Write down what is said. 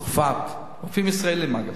צרפת, רופאים ישראלים, אגב,